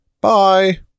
bye